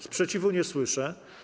Sprzeciwu nie słyszę.